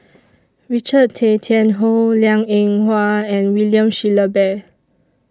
Richard Tay Tian Hoe Liang Eng Hwa and William Shellabear